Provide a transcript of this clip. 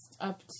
up